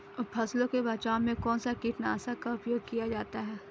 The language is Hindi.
फसलों के बचाव में कौनसा कीटनाशक का उपयोग किया जाता है?